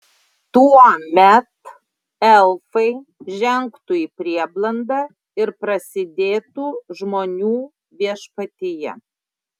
tuomet elfai žengtų į prieblandą ir prasidėtų žmonių viešpatija